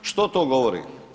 Što to govori?